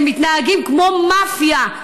הם מתנהגים כמו מאפיה.